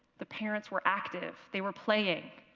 the parents were active. they were playing,